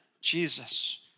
Jesus